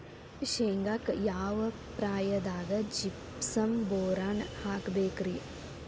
ಶೇಂಗಾಕ್ಕ ಯಾವ ಪ್ರಾಯದಾಗ ಜಿಪ್ಸಂ ಬೋರಾನ್ ಹಾಕಬೇಕ ರಿ?